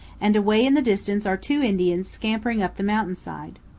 and away in the distance are two indians scampering up the mountain side.